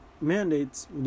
mandates